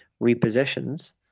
Repossessions